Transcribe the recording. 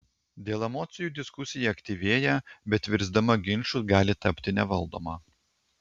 dėl emocijų diskusija aktyvėja bet virsdama ginču gali tapti nevaldoma